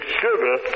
sugar